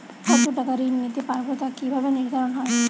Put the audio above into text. কতো টাকা ঋণ নিতে পারবো তা কি ভাবে নির্ধারণ হয়?